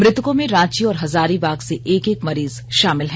मृतकों में रांची और हजारीबाग से एक एक मरीज शामिल हैं